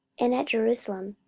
and at jerusalem,